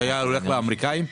שהיה הולך לאמריקאים?